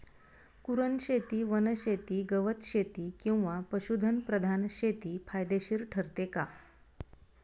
कुरणशेती, वनशेती, गवतशेती किंवा पशुधन प्रधान शेती फायदेशीर ठरते का?